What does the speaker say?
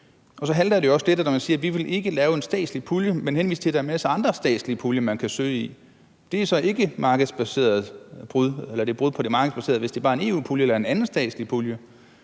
Så halter det jo også lidt, når man siger, at man ikke vil lave en statslig pulje, men henviser til, at der er masser af andre statslige puljer, folk kan søge i. Det er så ikke et brud på det markedsbaserede, hvis det bare er en EU-pulje eller en anden statslig pulje.